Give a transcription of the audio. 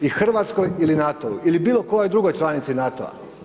I Hrvatskoj ili NATO-u ili bilo kojoj drugoj članici NATO-a.